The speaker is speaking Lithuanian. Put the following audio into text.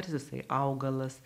ar jisai augalas